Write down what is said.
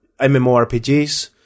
MMORPGs